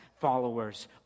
followers